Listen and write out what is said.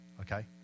okay